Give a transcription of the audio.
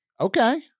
Okay